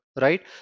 right